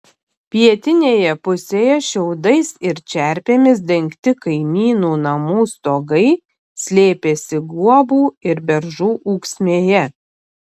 pietinėje pusėje šiaudais ir čerpėmis dengti kaimynų namų stogai slėpėsi guobų ir beržų ūksmėje